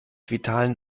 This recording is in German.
vitalen